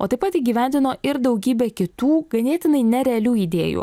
o taip pat įgyvendino ir daugybę kitų ganėtinai nerealių idėjų